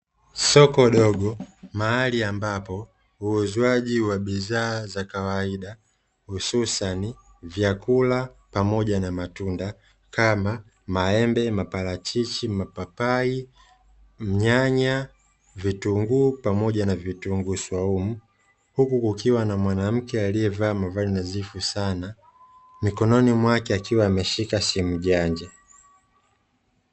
Soko dogo mahali ambapo uuzwaji wa bidhaa za kawaida hususasni vyakula pamoja na matunda kama maembe, maparachichi, mapapai, nyanya, vitunguu pamoja na vitunguu swaumu huku kukiwa na mwanamke aliyevaa mavazi nadhifu sana mkononi mwake akiwa ameshika simu janja.